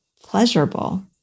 pleasurable